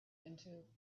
into